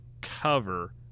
cover